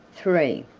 three.